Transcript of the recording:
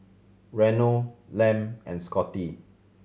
Reno Lem and Scotty